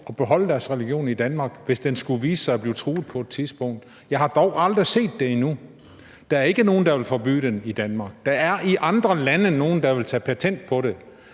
at beholde deres religion i Danmark, hvis den skulle vise sig at være truet på et tidspunkt. Jeg har dog endnu aldrig set det, for der er ikke nogen, der vil forbyde den i Danmark. Der er i andre lande nogle, der vil tage patent på den,